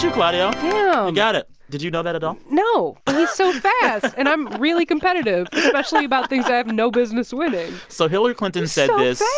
you yeah and got it. did you know that at all? no, he's so fast, and i'm really competitive especially about things that i've no business winning so hillary clinton said this.